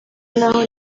naho